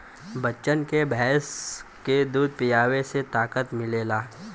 बच्चन के भैंस के दूध पीआवे से ताकत मिलेला